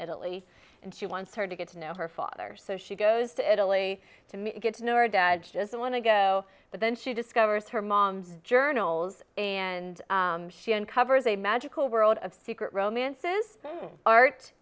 italy and she wants her to get to know her father so she goes to italy to meet get to know her dad's just want to go but then she discovers her mom's journals and she uncovers a magical world of secret romances art